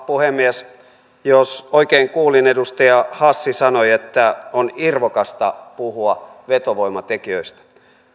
puhemies jos oikein kuulin edustaja hassi sanoi että on irvokasta puhua vetovoimatekijöistä